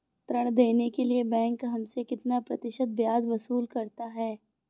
ऋण देने के लिए बैंक हमसे कितना प्रतिशत ब्याज वसूल करता है?